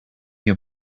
your